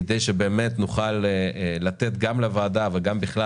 כדי שבאמת נוכל לתת גם לוועדה וגם בכלל